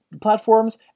platforms